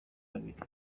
babiri